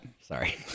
Sorry